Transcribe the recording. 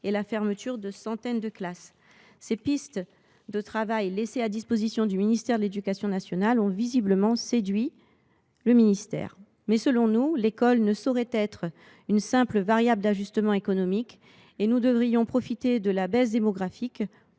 la fermeture de centaines de classes. Ces pistes de travail laissées à disposition du ministre de l’éducation nationale ont visiblement séduit ce dernier. Selon nous, l’école ne saurait être une simple variable d’ajustement économique et nous devrions profiter de la baisse démographique pour